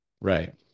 Right